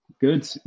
Good